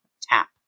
Tap